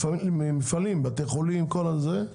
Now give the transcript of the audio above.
בתי חולים וכל זה,